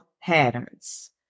Patterns